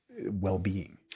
well-being